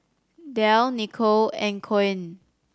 Delle Nicolle and Koen